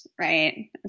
right